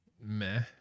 meh